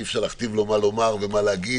אי אפשר להכתיב לו מה לומר ומה להגיד